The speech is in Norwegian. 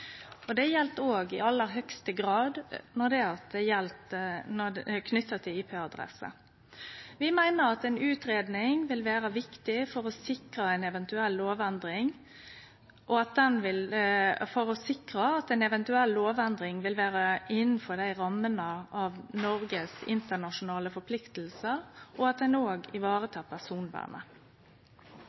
målretta. Det gjeld òg i aller høgste grad tiltak knytte til IP-adresser. Vi meiner at ei utgreiing vil vere viktig for å sikre at ei eventuell lovendring vil vere innanfor rammene av dei internasjonale forpliktingar Noreg har, og at ein òg varetek personvernet.